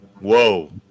Whoa